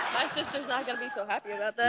my sister is not going to be so happy about that.